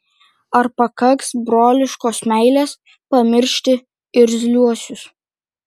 ar pakaks broliškos meilės pamiršti irzliuosius